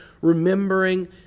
remembering